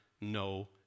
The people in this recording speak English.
no